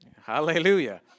Hallelujah